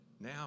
Now